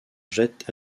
jette